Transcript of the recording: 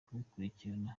kubikurikirana